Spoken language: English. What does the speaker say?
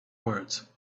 words